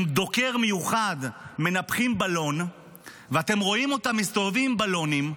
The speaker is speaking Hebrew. עם דוקר מיוחד מנפחים בלון ואתם רואים אותם מסתובבים עם בלונים,